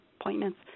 appointments